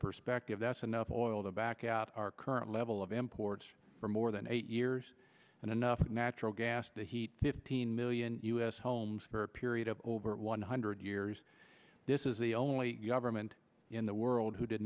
perspective that's enough oil to back out our current level of imports for more than eight years and enough natural gas to heat fifteen million u s homes for a period of over one hundred years this is the only government in the world who did